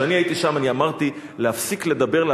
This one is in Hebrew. כשאני הייתי שם אני אמרתי: להפסיק לדבר,